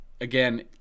again